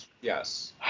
yes